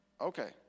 okay